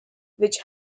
which